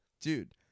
Dude